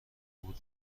بود